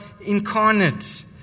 incarnate